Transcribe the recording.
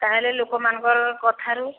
ତାହାଲେ ଲୋକମାନଙ୍କର କଥାରୁ